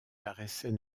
paraissait